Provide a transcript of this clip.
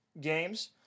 games